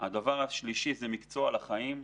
הדבר השלישי הוא "מקצוע לחיים".